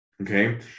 okay